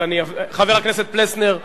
חבר הכנסת פלסנר,